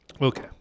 okay